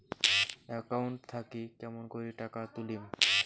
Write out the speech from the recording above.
Account থাকি কেমন করি টাকা তুলিম?